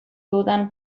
dudan